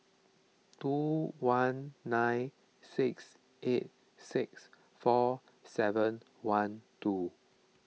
two one nine six eight six four seven one two